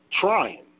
trying